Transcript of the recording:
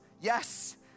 Yes